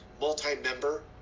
multi-member